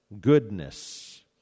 goodness